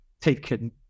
taken